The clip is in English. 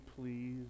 please